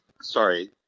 sorry